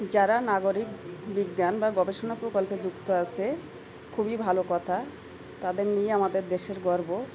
যারা নাগরিক বিজ্ঞান বা গবেষণা প্রকল্পে যুক্ত আছে খুবই ভালো কথা তাদের নিয়ে আমাদের দেশের গর্ব